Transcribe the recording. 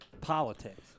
politics